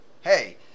Hey